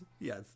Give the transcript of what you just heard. yes